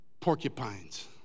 Porcupines